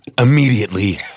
Immediately